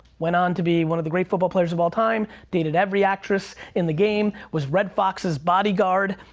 went on to be one of the great football players of all time, dated every actress in the game, was redd foxx's body guard.